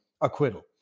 acquittal